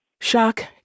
Shock